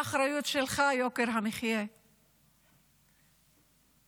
יוקר המחיה הוא האחריות שלך.